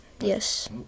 Yes